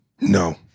No